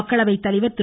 மக்களவை தலைவர் திரு